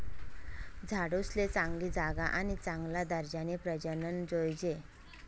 झाडूसले चांगली जागा आणि चांगला दर्जानी प्रजनन जोयजे